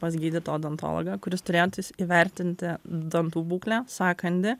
pas gydytoją odontologą kuris turėtų įs įvertinti dantų būklę sąkandį